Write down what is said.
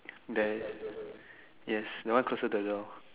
there yes that one closer to the door